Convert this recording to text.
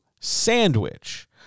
sandwich